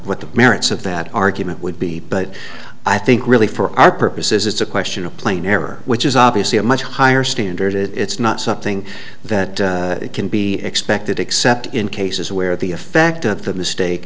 what the merits of that argument would be but i think really for our purposes it's a question of plain error which is obviously a much higher standard it's not something that can be expected except in cases where the effect of the